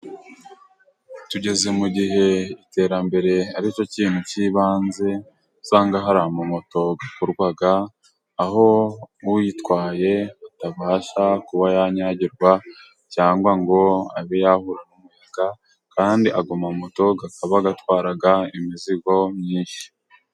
Tugeze mu gihe iterambere ari cyo kintu cy'ibanze, aho usanga hari amamoto akorwa, aho uyitwaye atabasha kuba yanyagirwa cyangwa ngo abe yahuhwa n'umuyaga, kandi ayo mamoto akaba atwara imizigo myinshi.